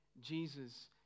Jesus